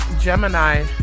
Gemini